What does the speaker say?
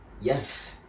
Yes